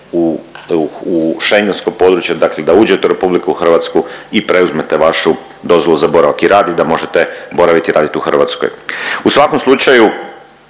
u Schengensko područje, dakle da uđete u RH i preuzmete vašu dozvolu za boravak i rad i da možete boraviti i raditi u Hrvatskoj. U svakom slučaju